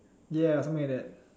ya something like that